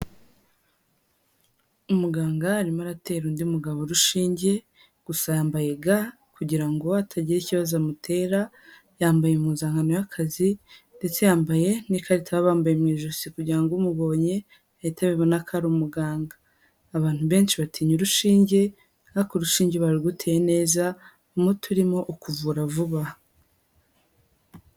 Umuganga arimo aratera undi mugabo urushinge, gusa yambaye ga kugira ngo atagira ikibazo amutera, yambaye impuzankano y'akazi ndetse yambaye n'ikarita baba bambaye mu ijosi kugira umubonye bahite babibona ko ari umuganga, abantu benshi batinya urushinge ariko urushinge iyo baruguteye neza umuti urimo ukuvura vuba.